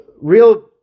real